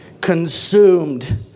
consumed